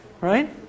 right